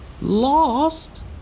Lost